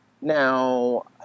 Now